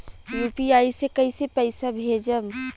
UPI से कईसे पैसा भेजब?